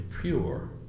pure